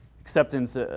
acceptance